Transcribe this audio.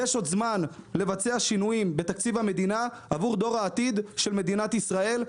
יש עוד זמן לבצע שינויים בתקציב המדינה עבור דור העתיד של מדינת ישראל.